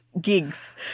gigs